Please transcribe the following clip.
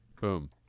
Boom